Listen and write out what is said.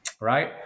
Right